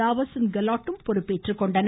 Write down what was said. தாவர்சந்த் கெலாட்டும் பொறுப்பேற்றுக் கொண்டனர்